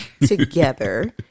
together